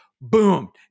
boom